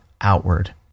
outward